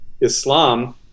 Islam